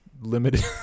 limited